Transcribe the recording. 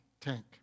tank